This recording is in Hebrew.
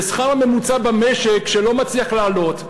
והשכר הממוצע במשק שלא מצליח לעלות,